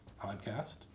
podcast